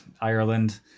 Ireland